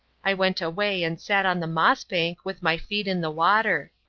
i went away and sat on the moss-bank with my feet in the water.